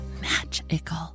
magical